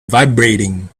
vibrating